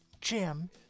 Jim